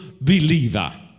believer